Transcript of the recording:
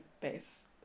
base